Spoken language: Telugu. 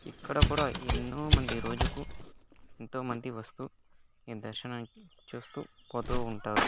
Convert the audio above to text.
ఇక్కడ కూడ ఎన్నోమంది రోజుకు ఎంతోమంది వస్తూ ఈయన దర్శనానికి చూస్తూ పోతూ ఉంటారు